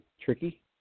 tricky